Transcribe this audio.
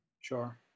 Sure